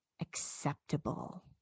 acceptable